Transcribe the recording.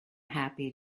happy